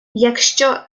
якщо